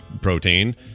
protein